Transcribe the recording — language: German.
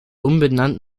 umbenannt